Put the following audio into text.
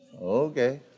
Okay